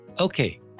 Okay